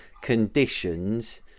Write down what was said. conditions